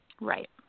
Right